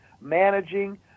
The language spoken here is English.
managing